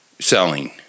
selling